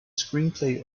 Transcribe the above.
screenplay